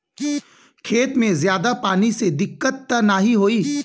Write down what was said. खेत में ज्यादा पानी से दिक्कत त नाही होई?